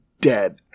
dead